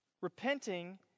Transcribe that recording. Repenting